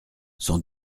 sans